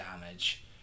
damage